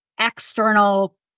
external